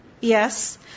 Yes